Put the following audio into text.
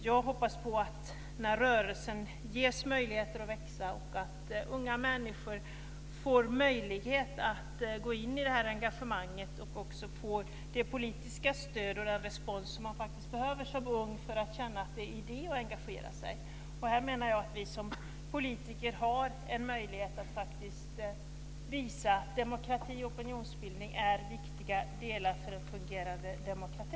Jag hoppas att rörelsen ges möjligheter att växa och att unga människor får möjlighet att gå in i engagemanget och också får det politiska stöd och den respons som man faktiskt behöver som ung för att känna att det är idé att engagera sig. Här menar jag att vi som politiker har en möjlighet att visa att demokrati och opinionsbildning är viktiga delar för en fungerande demokrati.